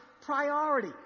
priority